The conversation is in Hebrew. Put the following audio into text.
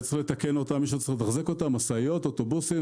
משאיות, אוטובוסים